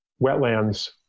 wetlands